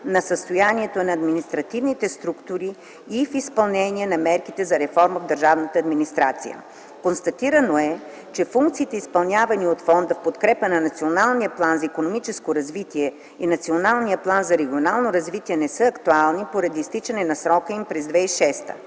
на състоянието на административните структури и в изпълнение на мерките за реформа в държавната администрация. Констатирано е, че функциите, изпълнявани от Фонда в подкрепа на Националния план за икономическо развитие и Националния план за регионално развитие, не са актуални, поради изтичане на срока им през 2006 г.